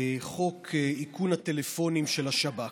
חוק איכון הטלפונים של השב"כ?